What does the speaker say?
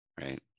Right